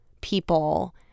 people